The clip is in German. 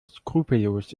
skrupellos